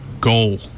goal